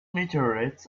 meteorites